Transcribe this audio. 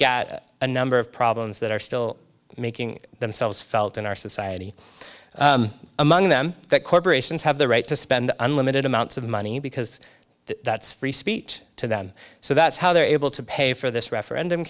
begat a number of problems that are still making themselves felt in our society among them that corporations have the right to spend unlimited amounts of money because that's free speech to them so that's how they're able to pay for this referendum